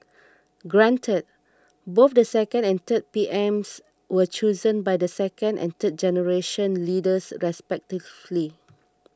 granted both the second and third P M S were chosen by the second and third generation leaders respectively